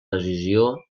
decisió